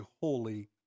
holy